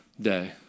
day